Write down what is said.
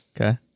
Okay